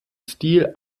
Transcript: stil